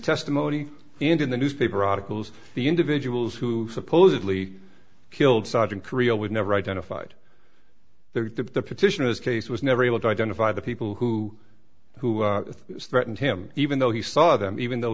testimony and in the newspaper articles the individuals who supposedly killed sergeant korea would never identified the petitioners case was never able to identify the people who who threatened him even though he saw them even though